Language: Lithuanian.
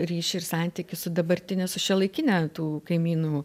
ryšį ir santykį su dabartine su šiuolaikine tų kaimynų